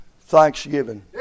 thanksgiving